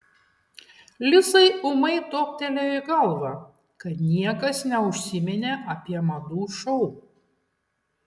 lizai ūmai toptelėjo į galvą kad niekas neužsiminė apie madų šou